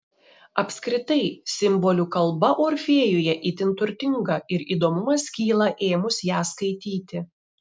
apskritai simbolių kalba orfėjuje itin turtinga ir įdomumas kyla ėmus ją skaityti